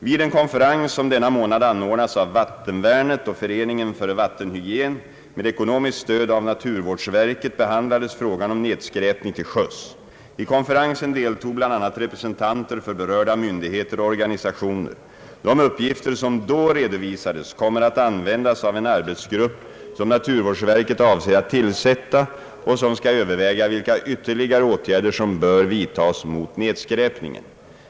Vid en konferens som denna månad anordnats av Vattenvärnet och Föreningen för vattenhygien, med ekonomiskt stöd av naturvårdsverket, behandlades frågan om nedskräpning till sjöss. I konferensen deltog bl.a. representanter för berörda myndigheter och organisationer. De uppgifter som då redovisades kommer att användas av en arbetsgrupp som naturvårdsverket avser att tillsätta och som skall överväga vilka ytterligare åtgärder som bör vidtas mot nedskräpningen.